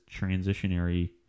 transitionary